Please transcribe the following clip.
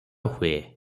ହୁଏ